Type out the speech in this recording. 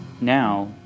Now